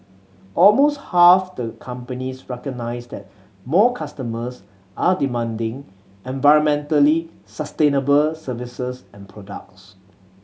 almost half the companies recognise that more customers are demanding environmentally sustainable services and products